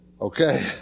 okay